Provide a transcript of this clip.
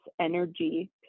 energy